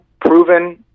proven